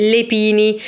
Lepini